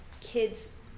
kids